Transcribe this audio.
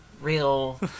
real